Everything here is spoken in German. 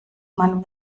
man